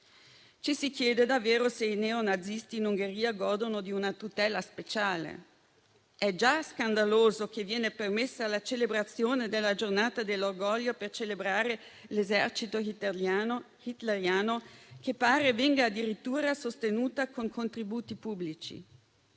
ci si chiede se i neonazisti in Ungheria non godano di una tutela speciale. È già scandaloso che venga permessa la celebrazione della giornata dell'orgoglio per celebrare l'esercito hitleriano, che pare venga addirittura sostenuta con contributi pubblici,